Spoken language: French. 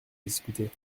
discuter